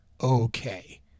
okay